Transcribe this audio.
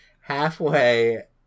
halfway